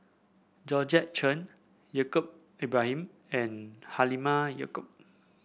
Georgette Chen Yaacob Ibrahim and Halimah Yacob